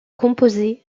composées